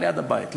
ליד הבית.